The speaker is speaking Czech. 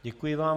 Děkuji vám.